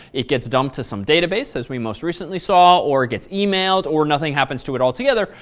it gets dumped to some database as we most recently saw or it gets emailed or nothing happens to it altogether.